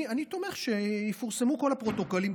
אני תומך בכך שיפורסמו כל הפרוטוקולים,